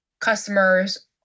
customers